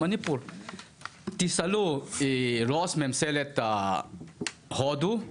תשאלו את ראש ממשלת הודו,